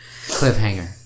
cliffhanger